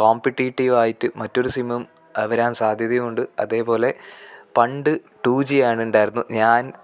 കോമ്പറ്റേറ്റീവായിട്ട് മറ്റൊരു സിമ്മും വരാൻ സാധ്യത ഉണ്ട് അതേപോലെ പണ്ട് ടൂ ജി ആണ് ഉണ്ടായിരുന്നു ഞാൻ